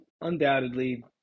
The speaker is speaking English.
undoubtedly